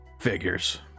Figures